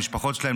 המשפחות שלהן,